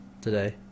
today